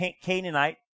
Canaanite